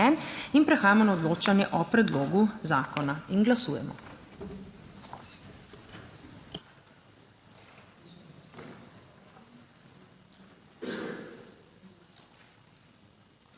Prehajamo na odločanje o predlogu zakona. Glasujemo.